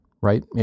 right